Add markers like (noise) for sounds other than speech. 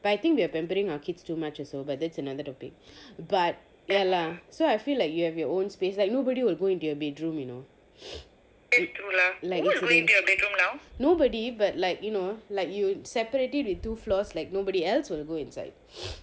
but I think we are pampering our kids too much also but that's another topic but ya lah so I feel like you have your own space like nobody will go into your bedroom you know like nobody but like you know like you separately with two floors like nobody else will go inside (noise)